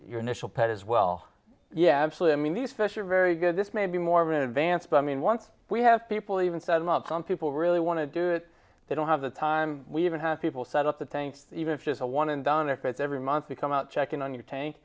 your initial pet as well yeah absolutely mean these fish are very good this may be more of an advance but i mean once we have people even setting up some people really want to do it they don't have the time we even have people set up the tank even if it's a one and done if it's every month to come out checking on your tank